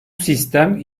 sistem